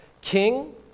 king